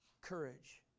Courage